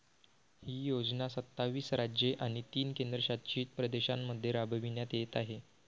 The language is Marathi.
ही योजना सत्तावीस राज्ये आणि तीन केंद्रशासित प्रदेशांमध्ये राबविण्यात येत आहे